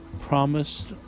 promised